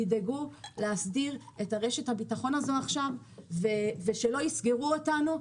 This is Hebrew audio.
תדאגו להסדיר את רשת הביטחון הזאת עכשיו שלא יסגרו אותנו.